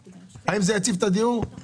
האם זה יציף את השוק?